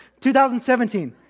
2017